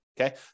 Okay